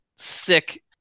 sick